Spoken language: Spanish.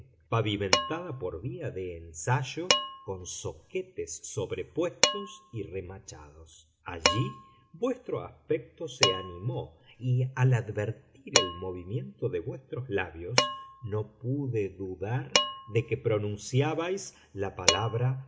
pavimentada por vía de ensayo con zoquetes sobrepuestos y remachados allí vuestro aspecto se animó y al advertir el movimiento de vuestros labios no pude dudar de que pronunciabais la palabra